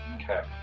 Okay